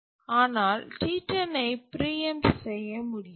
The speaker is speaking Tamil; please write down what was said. ஆனால் T10ஐ பிரீஎம்ட் செய்ய முடியாது